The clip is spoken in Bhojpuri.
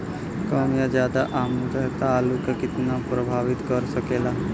कम या ज्यादा आद्रता आलू के कितना प्रभावित कर सकेला?